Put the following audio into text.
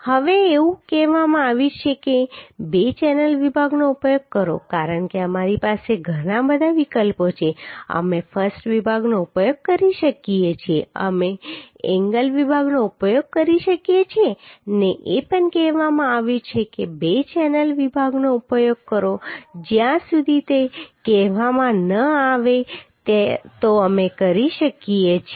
હવે એવું કહેવામાં આવ્યું છે કે 2 ચેનલ વિભાગનો ઉપયોગ કરો કારણ કે અમારી પાસે ઘણા બધા વિકલ્પો છે અમે I વિભાગનો ઉપયોગ કરી શકીએ છીએ અમે એંગલ વિભાગનો ઉપયોગ કરી શકીએ છીએ અને એ પણ કહેવામાં આવ્યું છે કે 2 ચેનલ વિભાગનો ઉપયોગ કરો જ્યાં સુધી તે કહેવામાં ન આવે તો અમે કરી શકીએ છીએ